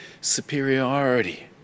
superiority